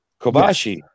Kobashi